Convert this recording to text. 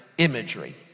imagery